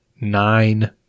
Nine